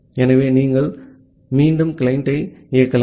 ஆகவே நீங்கள் மீண்டும் கிளையண்டை இயக்கலாம்